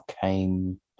came